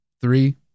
Three